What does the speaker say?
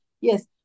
Yes